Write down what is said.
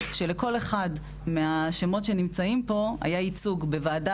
כשלכל אחד מהשמות שנמצאים פה היה ייצוג בוועדה